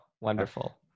wonderful